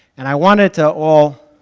and i wanted to all